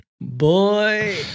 Boy